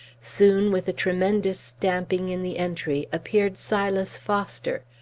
soon, with a tremendous stamping in the entry, appeared silas foster,